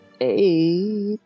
eight